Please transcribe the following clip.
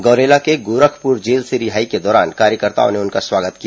गौरेला के गोरखपुर जेल से रिहाई के दौरान कार्यकर्ताओं ने उनका स्वागत किया